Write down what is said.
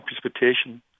precipitation